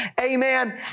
amen